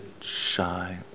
shine